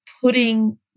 putting